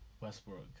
Westbrook